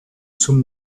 zum